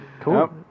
Cool